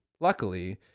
Luckily